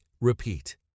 Repeat